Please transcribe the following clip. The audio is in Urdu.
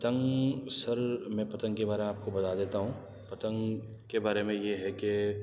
پتنگ سر میں پتنگ کے بارے میں آپ کو بتا دیتا ہوں پتنگ کے بارے میں یہ ہے کہ